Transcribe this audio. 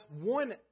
one